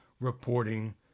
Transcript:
reporting